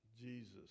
Jesus